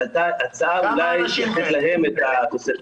והייתה הצעה לאשר אולי להם את התוספת.